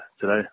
today